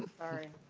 sorry.